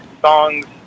songs